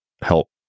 help